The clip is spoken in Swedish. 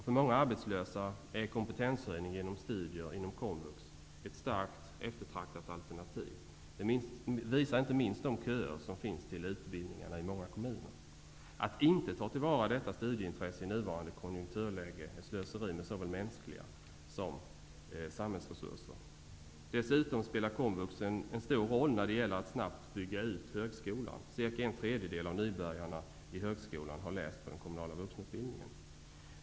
För många arbetslösa är kompetenshöjning genom studier inom komvux ett starkt eftertraktat alternativ. Det visar inte minst de köer som finns till utbildningarna i många kommuner. Att inte ta till vara detta studieintresse i nuvarande konjunkturläge är slöseri med såväl mänskliga som samhälleliga resurser. Dessutom spelar komvux en stor roll när det gäller att snabbt bygga ut högskolan. Cirka en tredjedel av nybörjarna i högskolan har läst på den kommunala vuxenutbildningen.